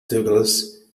douglas